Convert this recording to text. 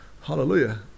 Hallelujah